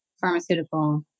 pharmaceutical